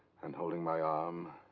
and holding my arm,